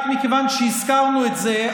רק מכיוון שהזכרנו את זה,